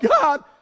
God